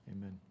Amen